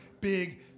big